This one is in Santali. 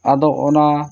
ᱟᱫᱚ ᱚᱱᱟ